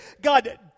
God